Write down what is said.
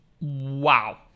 Wow